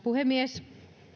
puhemies